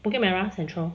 bukit merah central